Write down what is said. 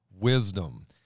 wisdom